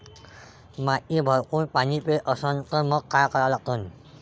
माती भरपूर पाणी पेत असन तर मंग काय करा लागन?